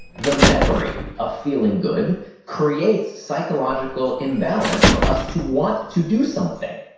the memory of feeling good creates psychological imbalance for us to want to do something.